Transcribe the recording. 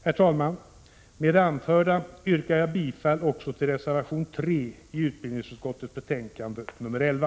Herr talman! Med det anförda yrkar jag bifall också till reservation 3 i utbildningsutskottets betänkande nr 11.